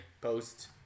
post